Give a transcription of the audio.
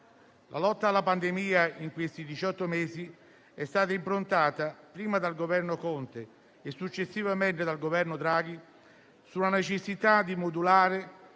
la lotta alla pandemia in questi diciotto mesi è stata improntata, prima dal Governo Conte e successivamente dal Governo Draghi, sulla necessità di modulare